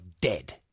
dead